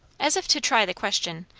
as if to try the question,